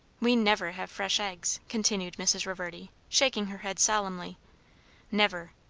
we never have fresh eggs, continued mrs. reverdy, shaking her head solemnly never.